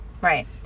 Right